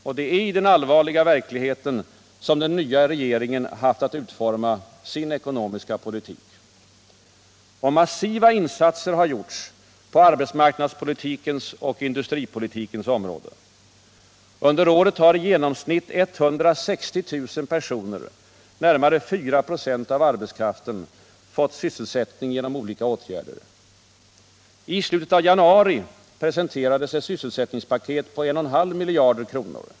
Och det är i den allvarliga verkligheten som den nya regeringen haft att utforma sin ekonomiska politik. Massiva insatser har gjorts på arbetsmarknadspolitikens och industripolitikens områden. Under året har i genomsnitt 160 000 personer, närmare 4 26 av arbetskraften, fått sysselsättning genom olika åtgärder. I slutet av januari presenterades ett sysselsättningspaket på 1,5 miljarder kronor.